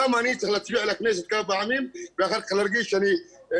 למה אני צריך להצביע לכנסת כמה פעמים ואחר כך להרגיש שלוקחים